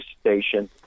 station